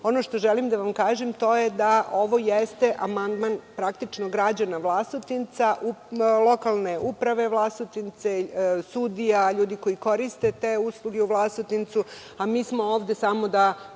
što želim da vam kažem, to je da ovo jeste amandman praktično građana Vlasotinca, lokalne uprave Vlasotince, sudija, ljudi koji koriste te usluge u Vlasotincu, a mi smo ovde samo da